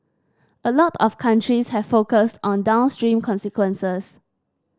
a lot of countries have focused on downstream consequences